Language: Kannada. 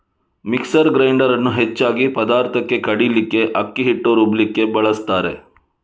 ಮಿಕ್ಸರ್ ಗ್ರೈಂಡರ್ ಅನ್ನು ಹೆಚ್ಚಾಗಿ ಪದಾರ್ಥಕ್ಕೆ ಕಡೀಲಿಕ್ಕೆ, ಅಕ್ಕಿ ಹಿಟ್ಟು ರುಬ್ಲಿಕ್ಕೆ ಬಳಸ್ತಾರೆ